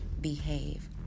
behave